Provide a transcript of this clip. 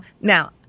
Now